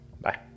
Bye